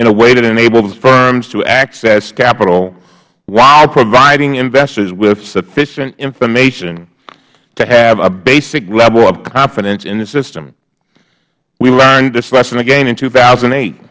in a way that enabled firms to access capital while providing investors with sufficient information to have a basic level of confidence in the system we learned this lesson again in two thousand and eight